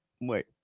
Wait